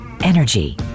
energy